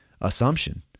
assumption